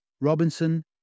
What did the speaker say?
Robinson